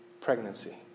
pregnancy